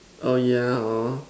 oh yeah hor